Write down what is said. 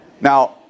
Now